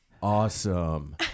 Awesome